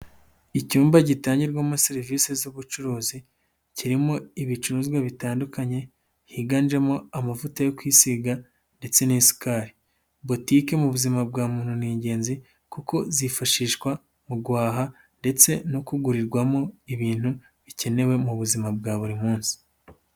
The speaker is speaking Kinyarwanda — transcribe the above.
Icyumba gitangirwamo serivisi z'ubucuruzi, kirimo ibicuruzwa bitandukanye higanjemo amavuta yo kwisiga ndetse n'isukari. Butike mu buzima bwa muntu ni ingenzi kuko zifashishwa mu guhaha ndetse no kugurirwamo ibintu bikenewe mu buzima bwa buri munsi.